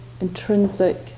intrinsic